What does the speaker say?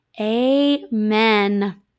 amen